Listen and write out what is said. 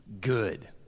good